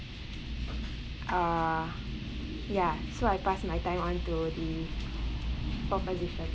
uh ya so I pass my time on to the proposition